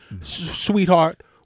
Sweetheart